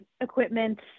equipment